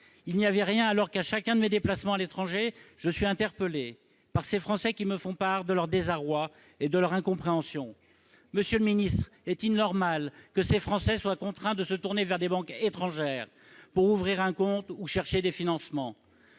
Il n'y avait rien, alors que, à chacun de mes déplacements à l'étranger, je suis interpellé par ces Français, qui me font part de leur désarroi et de leur incompréhension. Monsieur le ministre, est-il normal que ces Français soient contraints de se tourner vers des banques étrangères pour ouvrir un compte ou chercher des financements ?